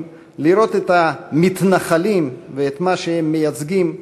לראות את ה"מתנחלים" ואת מה שהם מייצגים נרמסים,